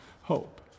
hope